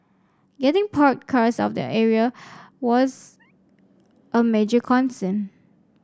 getting parked cars of the area was a major concern